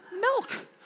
milk